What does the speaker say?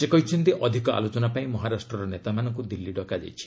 ସେ କହିଛନ୍ତି ଅଧିକ ଆଲୋଚନା ପାଇଁ ମହାରାଷ୍ଟ୍ରର ନେତାମାନଙ୍କୁ ଦିଲ୍ଲୀ ଡକାଯାଇଛି